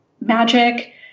magic